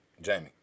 Jamie